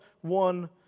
one